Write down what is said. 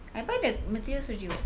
I buy the materials already [what]